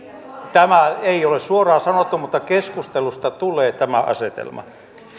niin tätä ei ole suoraan sanottu mutta keskustelusta tulee tämä asetelma